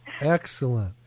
Excellent